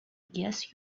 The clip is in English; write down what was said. guess